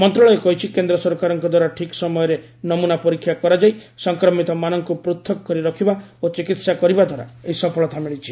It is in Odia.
ମନ୍ତ୍ରଣାଳୟ କହିଛି କେନ୍ଦ୍ର ସରକାରଙ୍କ ଦ୍ୱାରା ଠିକ୍ ସମୟରେ ନମୁନା ପରୀକ୍ଷା କରାଯାଇ ସଂକ୍ରମିତମାନଙ୍କୁ ପୃଥକ୍ କରି ରଖିବା ଓ ଚିକିତ୍ସା କରିବା ଦ୍ୱାରା ଏହି ସଫଳତା ମିଳିଛି